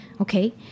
Okay